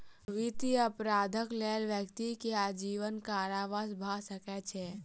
वित्तीय अपराधक लेल व्यक्ति के आजीवन कारावास भ सकै छै